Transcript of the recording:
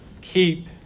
Keep